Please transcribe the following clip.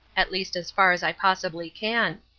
at least as far as i possibly can.